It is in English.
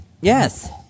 Yes